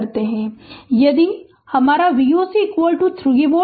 यानी मेरा V o c 3 volt